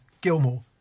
Gilmore